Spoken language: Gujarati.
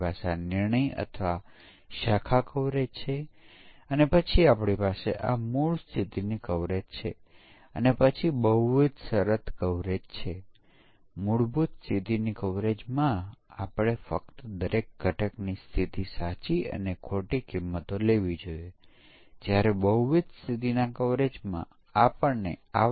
આપણી પાસે આઇસોસીલ્સ સ્કેલિન ઇક્વ્યુલેટર કોઈ ત્રિકોણને અનુરૂપ વ્યાખ્યાયિત સમકક્ષ વર્ગો હોવા જોઈએ કારણ કે પ્રોગ્રામના જુદા જુદા એલિમેંટને આપણે જોઈશું